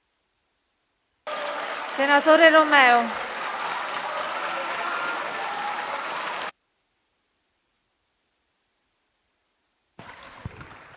senatore Romeo,